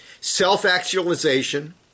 self-actualization